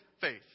faith